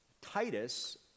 titus